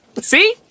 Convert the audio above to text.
See